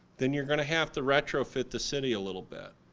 then you're going to have to retrofit the city a little bit.